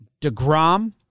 DeGrom